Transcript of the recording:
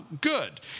good